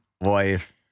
wife